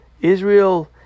Israel